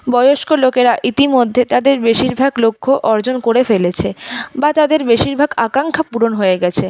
বয়স্ক লোকেরা ইতিমধ্যে তাদের বেশিরভাগ লক্ষ্য অর্জন করে ফেলেছে বা তাদের বেশিরভাগ আকাঙ্ক্ষা পূরণ হয়ে গেছে